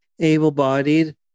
able-bodied